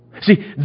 See